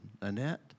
Annette